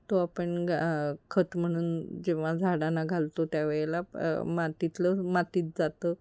तो आपण ग खत म्हणून जेव्हा झाडांना घालतो त्यावेळेला मातीतलं मातीत जातं